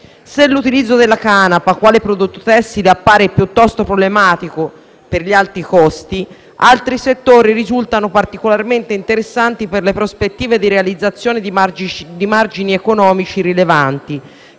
Se l'utilizzo della canapa quale prodotto tessile appare piuttosto problematico per gli alti costi, altri settori risultano particolarmente interessanti per le prospettive di realizzazione di margini economici rilevanti,